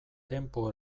tempo